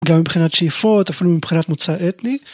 גם מבחינת שאיפות, אפילו מבחינת מוצא אתני.